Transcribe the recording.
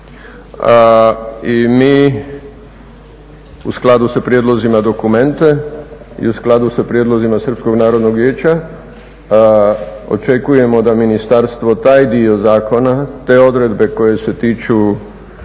i mi u skladu sa prijedlozima dokumente i u skladu sa prijedlozima Srpskog narodnog vijeća očekujemo da ministarstvo taj dio zakona, te odredbe koje se tiču